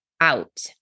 out